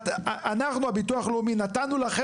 אנחנו הביטוח הלאומי נתנו לכן,